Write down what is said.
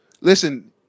Listen